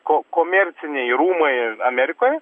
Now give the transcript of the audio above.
ko komerciniai rūmai amerikoj